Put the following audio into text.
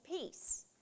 peace